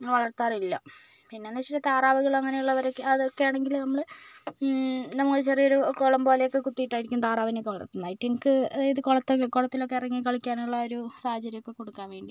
വളർത്താറില്ല പിന്നെയെന്ന് വെച്ച് കഴിഞ്ഞാൽ താറാവുകൾ അങ്ങനെയുള്ളവരെയൊക്കെ അതൊക്കെയാണെങ്കിൽ നമ്മൾ നമ്മൾ ചെറിയൊരു കുളം പോലെയൊക്കെ കുത്തിയിട്ടായിരിക്കും താറാവിനെ ഒക്കെ വളർത്തുന്നത് അവറ്റങ്ങൾക്ക് അതായത് കുളത്തിൽ കുളത്തിലൊക്കെ ഇറങ്ങി കളിക്കാനുള്ളൊരു സാഹചര്യം ഒക്കെ കൊടുക്കാൻ വേണ്ടി